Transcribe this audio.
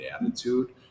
attitude